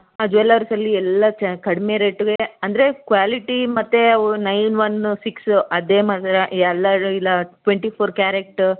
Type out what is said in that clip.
ಆ ಜ್ಯುವೆಲರ್ಸಲ್ಲಿ ಎಲ್ಲ ಚ ಕಡಿಮೆ ರೇಟ್ಗೆ ಅಂದರೆ ಕ್ವಾಲಿಟಿ ಮತ್ತು ಅವು ನೈನ್ ವನ್ ಸಿಕ್ಸ್ ಎಲ್ಲಾವು ಇಲ್ಲಿ ಟ್ವೆಂಟಿ ಫೋರ್ ಕ್ಯಾರೆಟ್